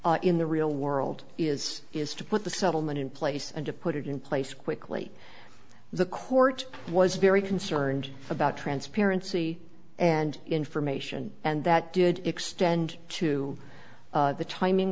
problem in the real world is is to put the settlement in place and to put it in place quickly the court was very concerned about transparency and information and that did extend to the timing